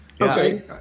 Okay